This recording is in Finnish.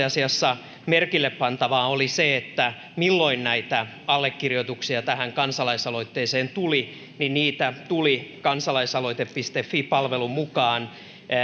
asiassa merkille pantavaa oli se milloin näitä allekirjoituksia tähän kansalaisaloitteeseen tuli niitä tuli kansalaisaloite fi palvelun mukaan